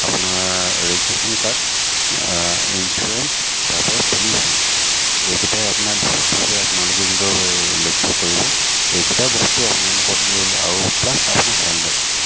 আপোনাৰ registration card insurance তাৰপৰা pollution এইকেইটাই আপোনাৰ বিশেষভাৱে আপোনালোকে কি কয় লক্ষ্য কৰিব এইকেইটা বস্তু আপোনালোকৰ আৰু প্লাছ আপোনাৰ হেলমেট